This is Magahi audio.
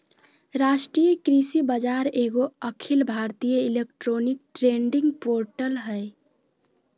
राष्ट्रीय कृषि बाजार एगो अखिल भारतीय इलेक्ट्रॉनिक ट्रेडिंग पोर्टल हइ